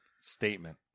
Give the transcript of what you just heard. statement